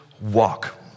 walk